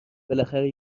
بالاخره